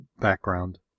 background